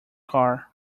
car